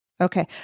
Okay